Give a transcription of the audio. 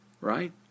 Right